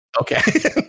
Okay